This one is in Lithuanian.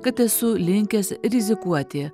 kad esu linkęs rizikuoti